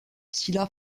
sylla